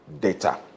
data